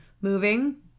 moving